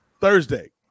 Thursday